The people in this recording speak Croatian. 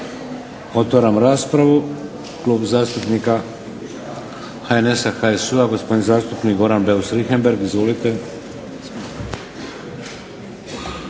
Otvaram raspravu. Klub zastupnika HNS-HSU-a, gospodin zastupnik Goran Beus Richembergh. Izvolite.